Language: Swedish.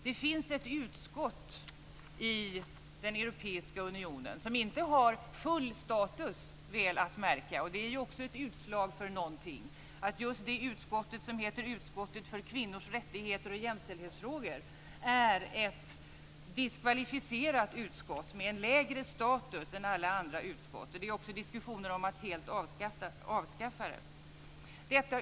Det finns ett utskott i den europeiska unionen som, väl att märka, inte har full status och det är ju också ett utslag för någonting att just det utskott som heter utskottet för kvinnors rättigheter och jämställdhetsfrågor är ett diskvalificerat utskott med lägre status än alla andra utskott. Det är också diskussioner om att helt avskaffa det här utskottet.